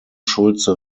schultze